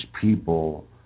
people